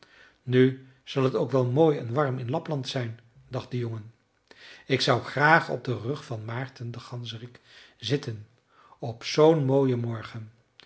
nu zal het ook wel mooi en warm in lapland zijn dacht de jongen ik zou graag op den rug van maarten den ganzerik zitten op zoo'n mooien morgen